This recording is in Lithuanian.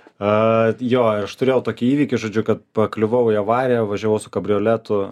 jo aš turėjau tokį įvykį žodžiu kad pakliuvau į avariją važiavau su kabrioletu